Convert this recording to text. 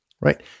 right